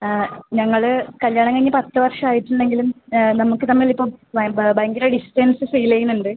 ഞങ്ങള് കല്ല്യാണം കഴിഞ്ഞ് പത്ത് വർഷം ആയിട്ട് ഉണ്ടെങ്കിലും നമുക്ക് തമ്മിൽ ഇപ്പം ഭയങ്കര ഡിസ്റ്റൻസ് ഫീല് ചെയ്യുന്നുണ്ട്